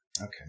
Okay